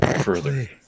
further